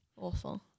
awful